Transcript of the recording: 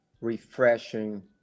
refreshing